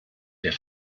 der